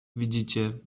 widzicie